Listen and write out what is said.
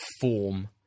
form